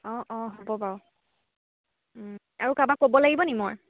অঁ অঁ হ'ব বাৰু আৰু কাৰোবাক ক'ব লাগিব নি মই